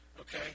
Okay